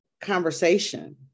conversation